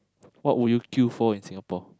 what would you queue for in Singapore